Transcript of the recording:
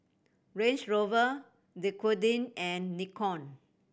Range Rover Dequadin and Nikon